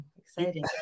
exciting